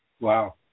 Wow